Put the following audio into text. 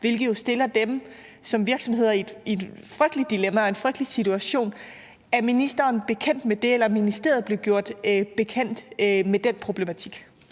hvilket jo stiller dem som virksomheder i et frygteligt dilemma og en frygtelig situation. Er ministeren eller ministeriet blevet gjort bekendt med den problematik?